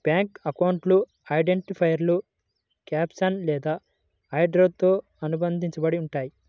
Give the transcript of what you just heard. bank అకౌంట్లు identifier caption లేదా హెడర్తో అనుబంధించబడి ఉంటయ్యి